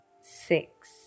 six